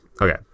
Okay